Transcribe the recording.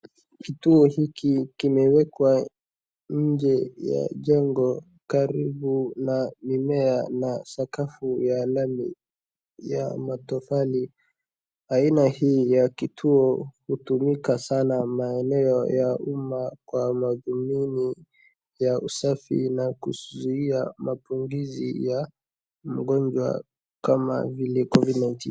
Kituo hiki kimewekwa nje ya jengo karibu na mimea na sakafu ya lami na matofali. Aina hii ya kituo hutumika sana maeneo ya umma kwa madhumuni ya usafi na kuzuia maambukizi ya magonjwa kama vile covid-19 .